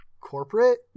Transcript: corporate